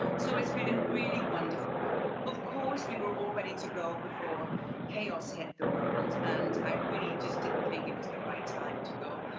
so it's been really wonderful. of of course, we were all ready to go before chaos hit the world and i really just didn't think it was the right time to go,